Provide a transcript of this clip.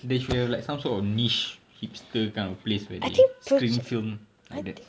they should have like some sort of niche hipster kind of place where they screen film like that